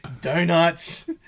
donuts